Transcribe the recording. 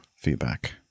feedback